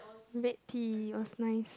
red tea was nice